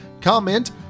comment